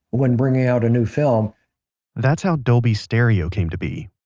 when bringing out a new film that's how dolby stereo came to be.